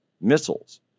missiles